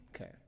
Okay